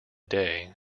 day